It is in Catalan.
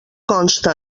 consta